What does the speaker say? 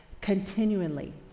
continually